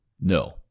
No